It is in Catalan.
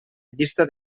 llista